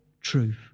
truth